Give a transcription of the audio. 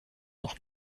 noch